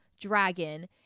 dragon